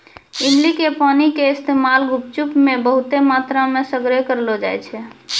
इमली के पानी के इस्तेमाल गुपचुप मे बहुते मात्रामे सगरे करलो जाय छै